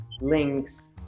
Links